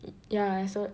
yeah so